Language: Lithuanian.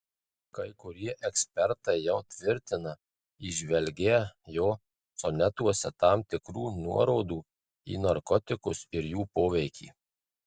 kai kurie ekspertai jau tvirtina įžvelgią jo sonetuose tam tikrų nuorodų į narkotikus ir jų poveikį